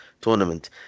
tournament